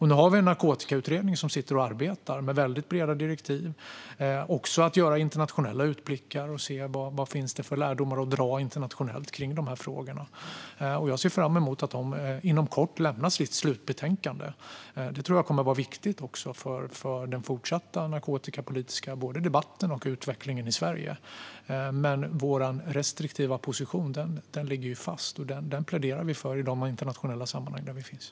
Nu har vi en narkotikautredning som sitter och arbetar med väldigt breda direktiv. Den ska även göra internationella utblickar och se vad det finns för lärdomar att dra kring dessa frågor internationellt. Jag ser fram emot att utredningen inom kort lämnar sitt slutbetänkande, och jag tror att det kommer att vara viktigt för den fortsatta narkotikapolitiska både debatten och utvecklingen i Sverige. Men vår restriktiva position ligger fast, och den pläderar vi för i de internationella sammanhang där vi finns.